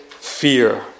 fear